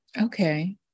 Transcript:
Okay